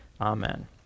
Amen